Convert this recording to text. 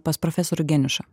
pas profesorių geniušą